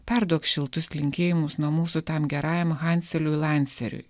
perduok šiltus linkėjimus nuo mūsų tam gerajam hanceliui lanceriui